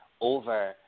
over